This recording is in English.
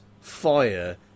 fire